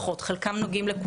חלקם נוגעים למדינות מפותחות,